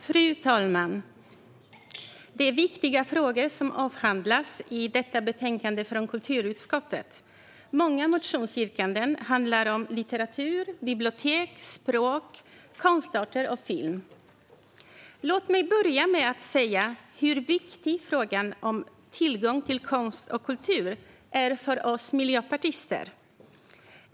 Frågor om konst-arterna och film Fru talman! Det är viktiga frågor som avhandlas i detta betänkande från kulturutskottet. Många motionsyrkanden handlar om litteratur, bibliotek, språk, konstarter och film. Låt mig börja med att säga hur viktig frågan om tillgång till konst och kultur är för oss i Miljöpartiet.